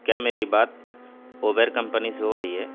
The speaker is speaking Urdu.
کیا میری بات اوبیر کمپنی سے ہو رہی ہے